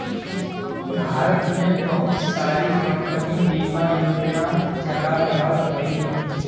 भारत में बहुत सारी कम्पनी बिमा योजना चला रहल हयी